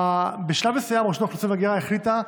בשלב מסוים, רשות האוכלוסין וההגירה החליטה,